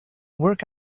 work